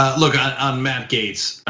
ah look on on matt gaetz.